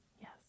Yes